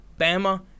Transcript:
Bama